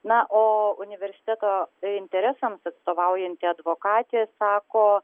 na o universiteto interesams atstovaujanti advokatė sako